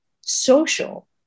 social